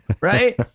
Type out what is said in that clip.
Right